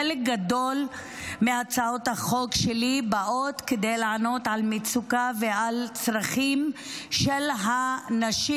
חלק גדול מהצעות החוק שלי באות כדי לענות על מצוקה ועל צרכים של הנשים,